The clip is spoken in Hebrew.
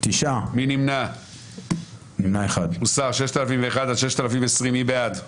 רוויזיה על הסתייגויות 4440-4421, מי בעד?